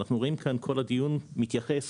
אנחנו ראינו כאן כל הדיון מתייחס